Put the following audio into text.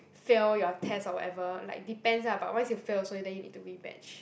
fail your test or whatever like depends ah but once you fail also then you need to rebatch